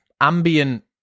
ambient